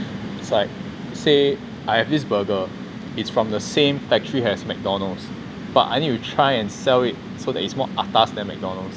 it's like say I have this burger it's from the same factory as mcdonalds but I need to try and sell it so that it's more atas than mcdonald's